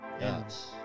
Yes